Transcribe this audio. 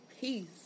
peace